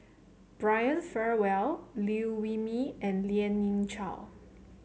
Brian Farrell Liew Wee Mee and Lien Ying Chow